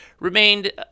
remained